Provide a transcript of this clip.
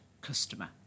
customer